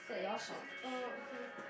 shit orh okay